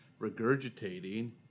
regurgitating